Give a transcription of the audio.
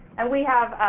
and we have,